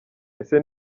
ese